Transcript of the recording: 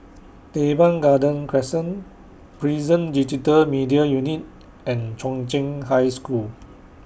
Teban Garden Crescent Prison Digital Media Unit and Chung Cheng High School